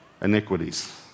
iniquities